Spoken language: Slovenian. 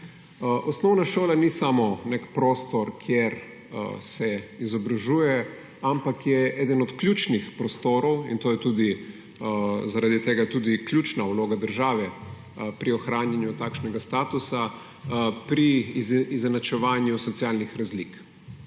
Osnovna šola ni samo nek prostor, kjer se izobražuje, ampak je eden ključnih prostorov – in zaradi tega je tu tudi ključna vloga države pri ohranjanju takšnega statusa – pri izenačevanju socialnih razlik.